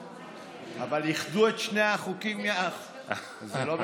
איחדו את שני החוקים יחד.